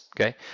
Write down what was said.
Okay